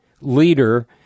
leader